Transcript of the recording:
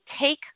take